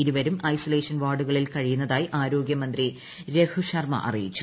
ഇരുവരും ഐസൊലേഷൻ വാർഡുകളിൽ കഴിയുന്നതായി ആരോഗ്യമന്ത്രി രഘുശർമ്മ അറിയിച്ചു